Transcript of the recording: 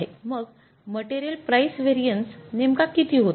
मग material price variance नेमका किती होता